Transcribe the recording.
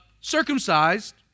circumcised